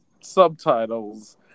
subtitles